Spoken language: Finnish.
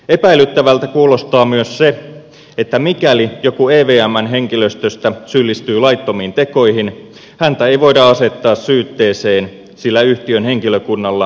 epäilyttävältä kuulostaa myös se että mikäli joku evmn henkilöstöstä syyllistyy laittomiin tekoihin häntä ei voida asettaa syytteeseen sillä yhtiön henkilökunnalla on syytesuoja